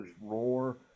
roar